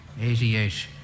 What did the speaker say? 88